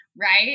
Right